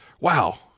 Wow